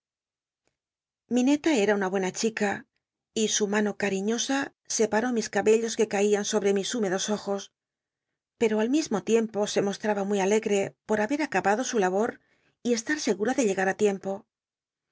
mi neta era una buena chica y su mano cariñosa separó mis cabellos que caían sobre mis húmedos ojos pero al mismo tiempo se mostraba muy alegre por haber acabado su labor y estar segura dc llegar tiempo